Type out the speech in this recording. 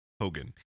Hogan